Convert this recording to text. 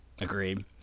Agreed